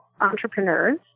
entrepreneurs